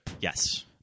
Yes